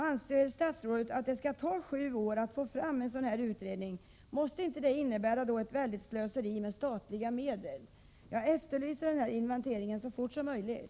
Anser statsrådet att det skall ta sju år att få fram en sådan här utredning? Måste inte det innebära ett stort slöseri med statliga medel? Jag önskar att besked om denna inventering lämnas så snart som möjligt.